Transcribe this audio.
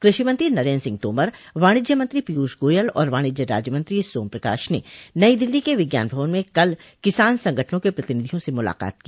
कृषि मंत्री नरेन्द्र सिंह तोमर वाणिज्य मंत्री पीयूष गोयल और वाणिज्य राज्य मंत्री सोम प्रकाश ने नई दिल्ली के विज्ञान भवन में कल किसान संगठनों के प्रतिनिधियों से मुलाकात की